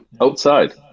Outside